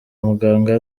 muganga